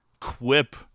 quip